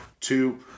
two